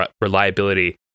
reliability